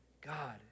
God